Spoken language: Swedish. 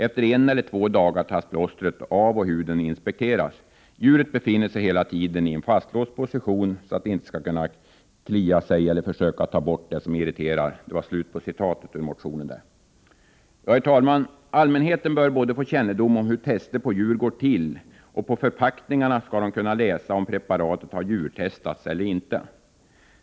Efter en eller två dagar tas plåstret av och huden inspekteras. Djuret befinner sig hela tiden i en fastlåst position, så att det inte skall kunna klia sig eller försöka ta bort det som irriterar.” Herr talman! Allmänheten bör både få kännedom om hur tester på djur går till och på förpackningarna kunna läsa huruvida preparatet har djurtestats eller inte.